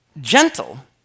gentle